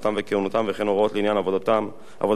וכן הוראות לעניין עבודתה של הוועדה